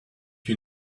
you